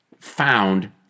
found